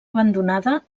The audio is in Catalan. abandonada